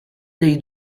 dei